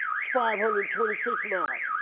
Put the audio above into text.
five hundred and twenty six miles.